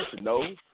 No